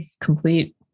complete